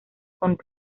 con